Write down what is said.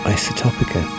Isotopica